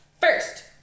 first